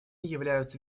являются